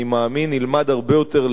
ילמד הרבה יותר לעומק,